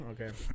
okay